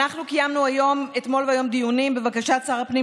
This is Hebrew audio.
אנחנו קיימנו אתמול והיום דיונים בבקשת שר הפנים